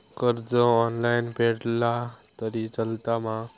कर्ज ऑनलाइन फेडला तरी चलता मा?